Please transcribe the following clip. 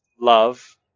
love